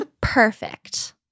Perfect